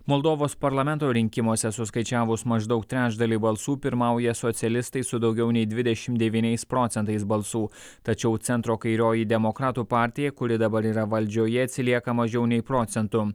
moldovos parlamento rinkimuose suskaičiavus maždaug trečdalį balsų pirmauja socialistai su daugiau nei dvidešimt devyniais procentais balsų tačiau centro kairioji demokratų partija kuri dabar yra valdžioje atsilieka mažiau nei procentu